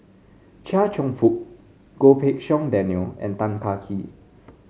Chia Cheong Fook Goh Pei Siong Daniel and Tan Kah Kee